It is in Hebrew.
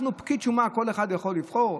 פקיד שומה, כל אחד יכול לבחור?